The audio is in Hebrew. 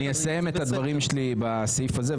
אני אסיים את הדברים שלי בסעיף הזה,